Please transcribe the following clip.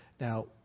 Now